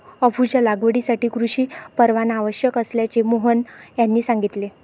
अफूच्या लागवडीसाठी कृषी परवाना आवश्यक असल्याचे मोहन यांनी सांगितले